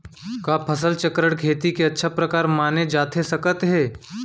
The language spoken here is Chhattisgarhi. का फसल चक्रण, खेती के अच्छा प्रकार माने जाथे सकत हे?